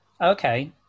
Okay